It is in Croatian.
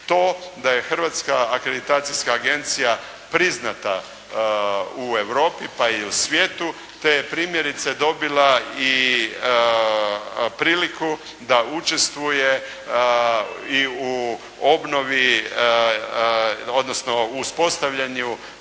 to da je Hrvatska akreditacijska agencija priznata u Europi, pa i u svijetu, te je primjerice dobila i priliku da učestvuje u obnovi, odnosno uspostavljenju